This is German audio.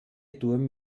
turm